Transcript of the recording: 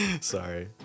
Sorry